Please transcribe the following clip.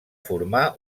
formar